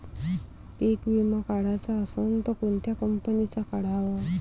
पीक विमा काढाचा असन त कोनत्या कंपनीचा काढाव?